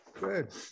Good